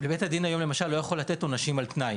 היום בית הדין לא יכול לתת עונשים "על תנאי",